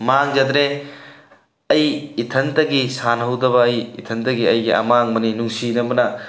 ꯃꯥꯡꯖꯗ꯭ꯔꯦ ꯑꯩ ꯏꯊꯟꯇꯒꯤ ꯁꯥꯟꯅꯍꯧꯗꯕ ꯑꯩ ꯏꯊꯟꯗꯒꯤ ꯑꯩꯒꯤ ꯑꯃꯥꯡꯕꯅꯤ ꯅꯨꯡꯁꯤꯔꯝꯕꯅ